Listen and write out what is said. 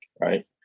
right